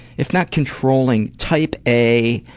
if not controlling, type a,